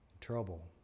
trouble